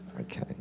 okay